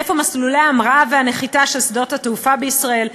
איפה מסלולי ההמראה והנחיתה של שדות התעופה בישראל,